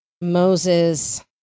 Moses